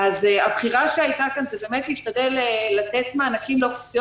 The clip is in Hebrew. אז הבחירה שהייתה היא להשתדל לתת מענקים לאוכלוסיות